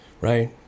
Right